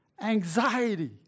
anxiety